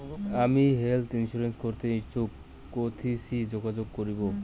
আমি health insurance করতে ইচ্ছুক কথসি যোগাযোগ করবো?